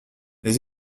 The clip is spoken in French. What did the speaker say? les